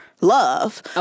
love